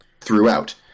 throughout